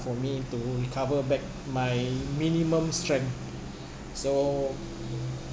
for me to recover back my minimum strength so